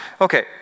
Okay